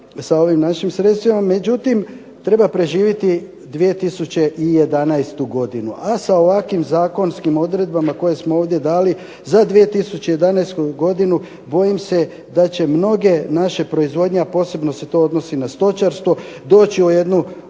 toliko itd., međutim, treba preživjeti 2011. godinu, a sa ovakvim Zakonskim odredbama koje smo ovdje dali za 2011. godinu bojim se da će mnoge naše proizvodnje, a posebno se to odnosi na stočarstvo doći u jednu